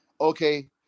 okay